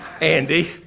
Andy